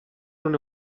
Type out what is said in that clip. non